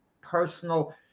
personal